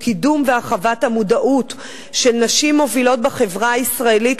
קידום והרחבה של המודעות של נשים מובילות בחברה הישראלית